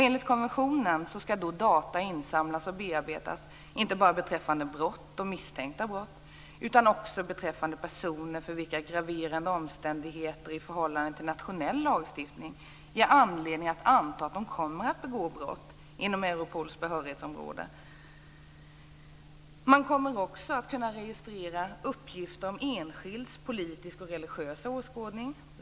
Enligt konventionen skall data insamlas och bearbetas inte bara beträffande brott och misstänkta brott, utan också beträffande personer för vilka graverande omständigheter i förhållande till nationell lagstiftning ger anledning att anta att de kommer att begå brott inom Europols behörighetsområde. Man kommer även att kunna registrera uppgifter om enskildas politiska och religiösa åskådning.